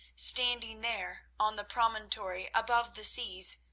standing there on the promontory above the seas,